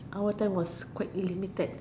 our time was quite limited